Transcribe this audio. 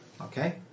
Okay